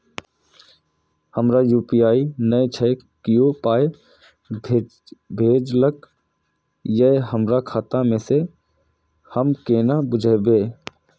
हमरा यू.पी.आई नय छै कियो पाय भेजलक यै हमरा खाता मे से हम केना बुझबै?